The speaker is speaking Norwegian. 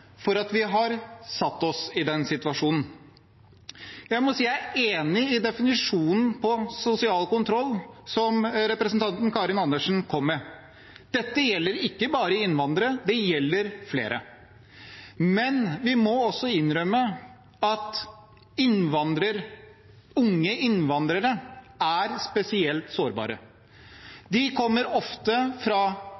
for at vi har satt oss i den situasjonen. Jeg må si jeg er enig i definisjonen av sosial kontroll som representanten Karin Andersen kom med. Dette gjelder ikke bare innvandrere, det gjelder flere, men vi må også innrømme at unge innvandrere er spesielt sårbare.